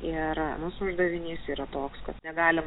ir mūsų uždavinys yra toks kad negalim